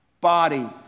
Body